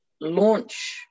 launch